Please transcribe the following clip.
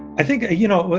i think, ah you know,